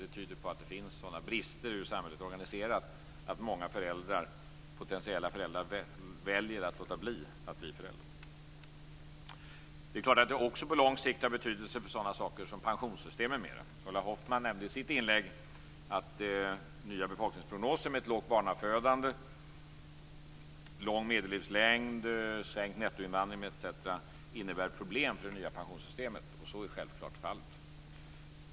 Det tyder på att finns sådan brister i hur samhället är organiserat att många potentiella föräldrar väljer att låta bli att skaffa barn. Det har på lång sikt också betydelse för pensionssystem m.m. Ulla Hoffmann nämnde i sitt inlägg att nya befolkningsprognoser om ett lågt barnafödande, lång medellivslängd, sänkt nettoinvandring etc. innebär problem för det nya pensionssystemet, och så är självklart fallet.